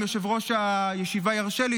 אם יושב-ראש הישיבה ירשה לי,